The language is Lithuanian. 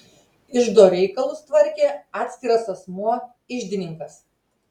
iždo reikalus tvarkė atskiras asmuo iždininkas